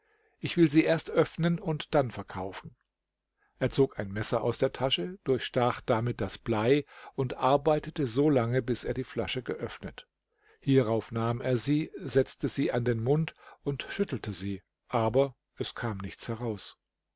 ich will sie erst öffnen und dann verkaufen er zog ein messer aus der tasche durchstach damit das blei und arbeitete so lange bis er die flasche geöffnet hierauf nahm er sie setzte sie an den mund und schüttelte sie aber es kam nichts heraus